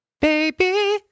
Baby